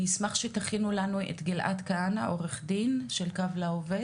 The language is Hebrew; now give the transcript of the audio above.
אני אתן את רשות הדיבור לאלעד כהנא, מקו לעובד.